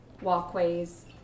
walkways